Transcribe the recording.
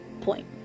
point